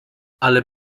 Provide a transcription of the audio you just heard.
ale